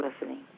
listening